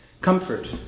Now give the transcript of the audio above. Comfort